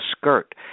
skirt